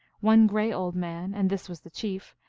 one gray old man, and this was the chief,